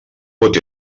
pot